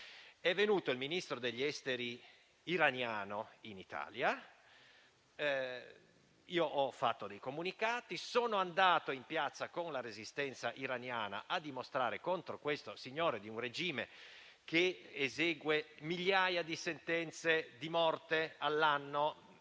è venuto il Ministro degli esteri iraniano in Italia, ho fatto dei comunicati e sono andato in piazza con la resistenza iraniana a dimostrare contro questo signore di un regime che esegue migliaia di sentenze di morte all'anno,